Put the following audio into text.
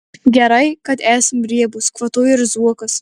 gerai kad esam riebūs kvatojo ir zuokas